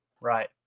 right